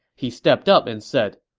he stepped up and said,